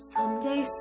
Someday